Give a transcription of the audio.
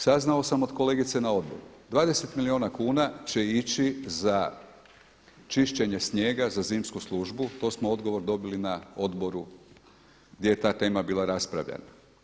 Saznao sam od kolegice na odboru 20 milijuna kuna će ići za čišćenje snijega za zimsku službu, to smo odgovor dobili na odboru gdje je ta tema bila raspravljana.